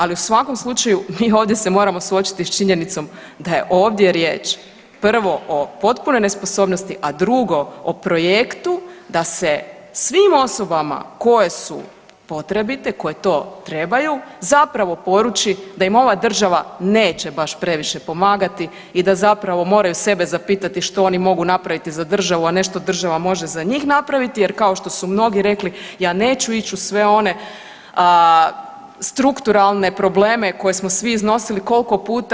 Ali u svakom slučaju mi ovdje se moramo suočiti s činjenicom da je ovdje riječ prvo o potpunoj nesposobnosti, a drugo o projektu da se svim osobama koje su potrebite koje to trebaju zapravo poruči da im ova država neće baš previše pomagati i da zapravo moraju sebe zapitati što oni mogu napraviti za državu, a ne što država može za njih napraviti jer kao što su mnogi rekli, ja neću ići u sve one strukturalne probleme koje smo svi iznosili koliko puta.